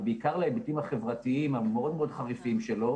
ובעיקר להיבטים החברתיים המאוד-מאוד חריפים שלו,